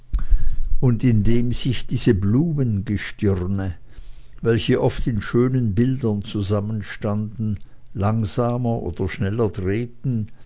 und indem sich diese blumengestirne welche oft in schönen bildern zusammenstanden langsamer er oder schneller drehten